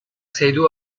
seydiu